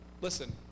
listen